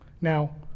Now